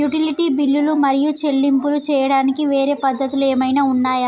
Utility బిల్లులు మరియు చెల్లింపులు చేయడానికి వేరే పద్ధతులు ఏమైనా ఉన్నాయా?